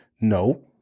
No